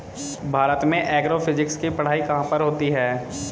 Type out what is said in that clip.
भारत में एग्रोफिजिक्स की पढ़ाई कहाँ पर होती है?